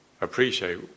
appreciate